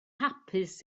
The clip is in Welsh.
hapus